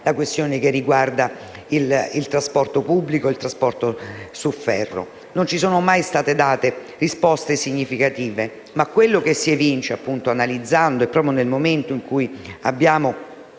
la questione riguardante il trasporto pubblico, il trasporto su ferro. Non ci sono mai state date risposte significative. Ma quello che si evince, proprio nel momento in cui abbiamo